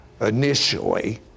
initially